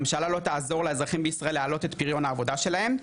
הממשלה לא תעזור לאזרחים בישראל להעלות את פריון העבודה שלהם.